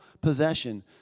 possession